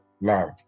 love